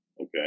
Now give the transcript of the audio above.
Okay